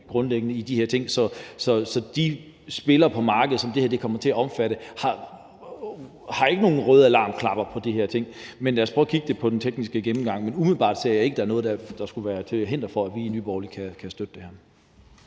alarmerende i de her ting, så de spillere på markedet, som det her kommer til at omfatte, ser ikke nogen røde alarmknapper i forhold til det. Så lad os prøve at kigge på det under den tekniske gennemgang, men umiddelbart ser jeg ikke noget, der skulle være til hinder for, at vi i Nye Borgerlige kan støtte det her.